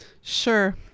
Sure